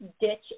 ditch